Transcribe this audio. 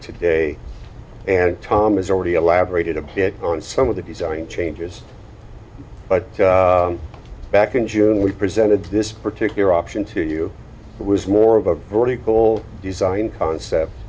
today and tom is already elaborated of some of the design changes but back in june we presented this particular option to you it was more of a vertical design concept